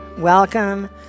welcome